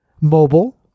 mobile